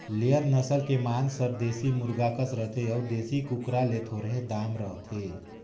layer नसल के मांस हर देसी मुरगा कस रथे अउ देसी कुकरा ले थोरहें दाम रहथे